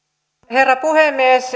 herra puhemies